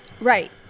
right